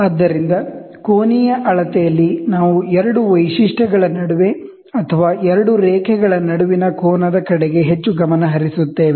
ಆದ್ದರಿಂದ angular measurements ಅಲ್ಲಿ ನಾವು ಎರಡು ವೈಶಿಷ್ಟ್ಯಗಳ ನಡುವೆ ಅಥವಾ ಎರಡು ರೇಖೆಗಳ ನಡುವಿನ ಆಂಗಲ್ ಕಡೆಗೆ ಹೆಚ್ಚು ಗಮನ ಹರಿಸುತ್ತೇವೆ